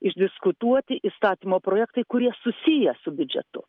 išdiskutuoti įstatymo projektai kurie susiję su biudžetu